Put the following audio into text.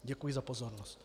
Děkuji za pozornost.